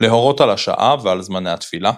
להורות על השעה ועל זמני התפילה.